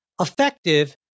effective